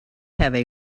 have